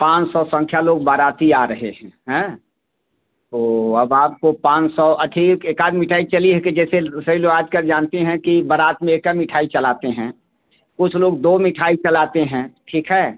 पाँच सौ संख्या लोग बाराती आ रहे हैं हाँ तो अब आपको पाँच सौ अखीर एकाध मिठाई चली है कि जैसे सवी लोग आज कल जानते हैं कि बारात में एकै मिठाई चलाते हैं कुछ लोग दो मिठाई चलाते हैं ठीक है